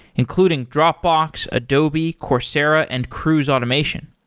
including dropbox, adobe, coursera and cruise automation.